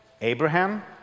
Abraham